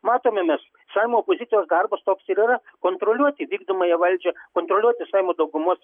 matome mes seimo opozicijos darbas toks ir yra kontroliuoti vykdomąją valdžią kontroliuoti seimo daugumos